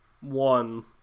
one